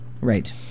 Right